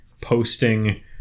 posting